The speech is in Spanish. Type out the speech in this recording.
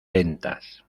ventas